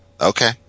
Okay